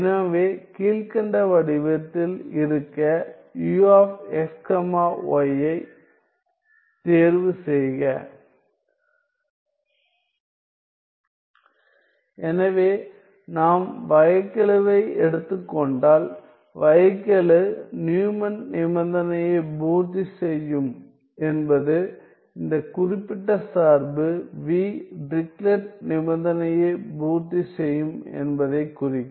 எனவே கீழ்க்கண்ட வடிவத்தில் இருக்க u x y ஐத் தேர்வுசெய்க எனவே நாம் வகைக்கெழுவை எடுத்துக் கொண்டால் வகைக்கெழு நியூமன் நிபந்தனையை பூர்த்தி செய்யும் என்பது இந்த குறிப்பிட்ட சார்பு v டிரிக்லெட் நிபந்தனையைபூர்த்தி செய்யும் என்பதைக் குறிக்கும்